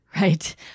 right